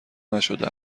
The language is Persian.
نشده